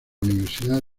universidad